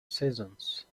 seasons